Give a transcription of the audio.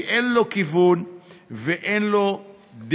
כי אין לו כיוון ואין לו דרך.